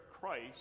Christ